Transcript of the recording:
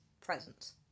presence